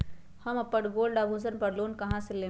हम अपन गोल्ड आभूषण पर लोन कहां से लेम?